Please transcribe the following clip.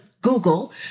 Google